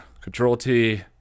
Control-T